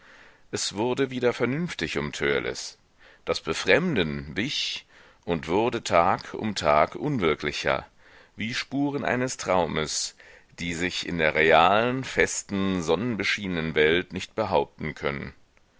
es wurde wieder vernünftig um törleß das befremden wich und wurde tag um tag unwirklicher wie spuren eines traumes die sich in der realen festen sonnenbeschienenen welt nicht behaupten können